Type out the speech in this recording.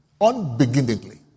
unbeginningly